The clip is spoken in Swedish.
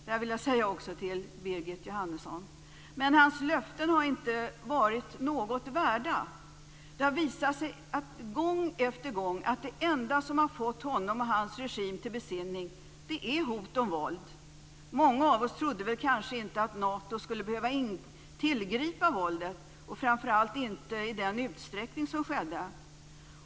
Detta vill jag säga också till Berit Jóhannesson. Men hans löften har inte varit något värda. Det har visat sig gång efter gång att det enda som har fått honom och hans regim till besinning är hot om våld. Många av oss trodde väl kanske inte att Nato skulle behöva tillgripa våldet, framför allt inte i den utsträckning som skedde.